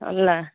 ल